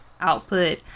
output